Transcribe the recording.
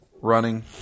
running